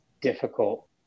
difficult